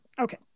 Okay